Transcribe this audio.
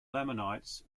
lamanites